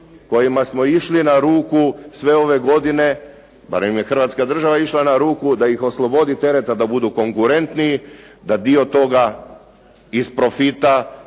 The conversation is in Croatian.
kojima smo išli na ruku sve ove godine, barem je Hrvatska država išla na ruku da ih oslobodi tereta da budu konkurentniji da dio toga iz profita